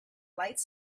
lights